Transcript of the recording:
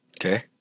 Okay